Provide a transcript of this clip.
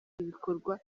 ibikorwa